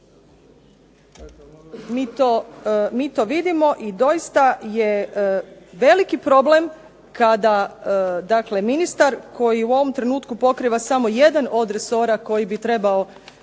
Mi to vidimo i doista je veliki problem kada ministar koji u ovom trenutku pokriva samo jedan od resora koji bi trebao